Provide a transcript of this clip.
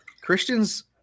Christians